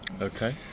Okay